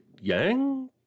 Yang